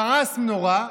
כעס נורא.